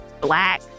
black